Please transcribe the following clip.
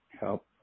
help